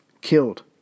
killed